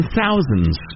thousands